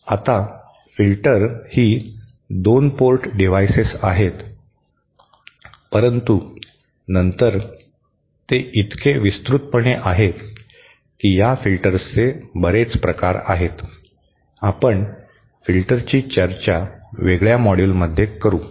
आता फिल्टर ही 2 port devices आहेत परंतु नंतर ते इतके विस्तृतपणे आहेत की या फिल्टर्सचे बरेच प्रकार आहेत आपण फिल्टरची चर्चा वेगळ्या मॉड्यूलमध्ये करू